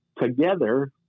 together